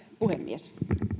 puhemies